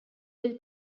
del